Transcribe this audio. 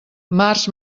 març